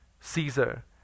Caesar